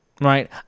right